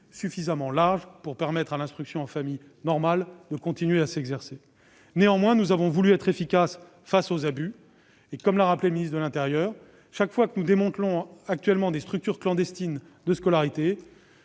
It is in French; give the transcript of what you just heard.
suffisamment large pour permettre à l'instruction en famille « normale » de continuer à être exercée. Néanmoins, nous voulons être efficaces contre les abus. Comme l'a rappelé le ministre de l'intérieur, chaque fois que nous démantelons des structures clandestines de scolarité,